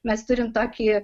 mes turim tokį